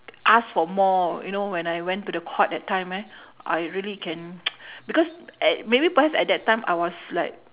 ask for more you know when I went to the court that time eh I really can because a~ maybe perhaps at that time I was like